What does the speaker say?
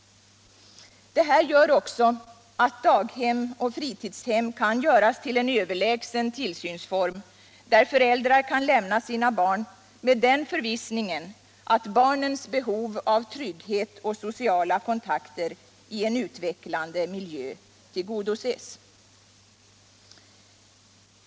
Det här innebär också att daghem och fritidshem kan göras till en överlägsen tillsynsform, där föräldrar kan lämna sina barn med den förvissningen att barnens behov av trygghet och sociala kontakter i en utvecklande miljö tillgodoses.